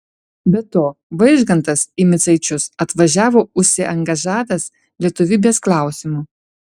be to vaižgantas į micaičius atvažiavo užsiangažavęs lietuvybės klausimu